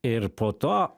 ir po to